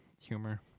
humor